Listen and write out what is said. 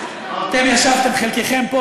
אתם ישבתם,